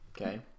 Okay